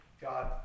God